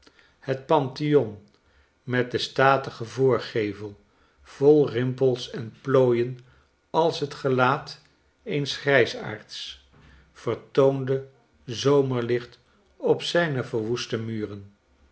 het pantheon met den statigen voorgevel vol rimpels en plooien als het gelaat eens grijsaards vertoonde zomerlicht op zijne verwoeste muren